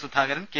Sudhakaran K